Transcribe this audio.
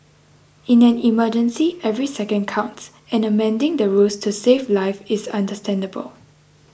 in an emergency every second counts and amending the rules to save lives is understandable